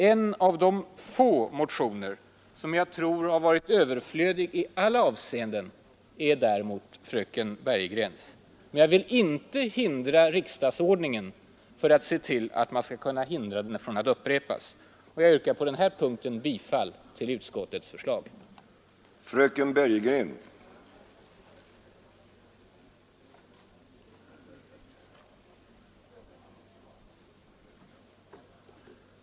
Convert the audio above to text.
En av de få motioner som jag tror har varit överflödig i alla avseenden är däremot fröken Bergegrens. Men jag vill inte ändra riksdagsordningen för att hindra att den upprepas. Jag yrkar bifall till utskottets förslag på den här punkten.